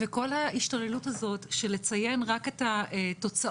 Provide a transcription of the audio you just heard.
כל ההשתוללות הזאת לציין רק את התוצאות,